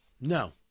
no